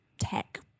tech